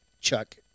Chuck